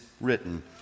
written